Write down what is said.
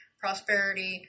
prosperity